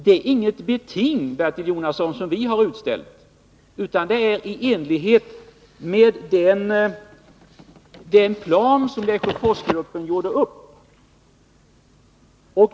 Det är inte, Bertil Jonasson, fråga om något av oss uppställt beting, utan det gäller något som är i enlighet med den plan som Lesjöforsgruppen gjorde upp.